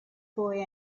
boy